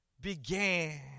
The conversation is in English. began